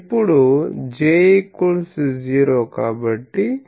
ఇప్పుడు J0 కాబట్టి ∇